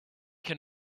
can